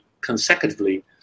consecutively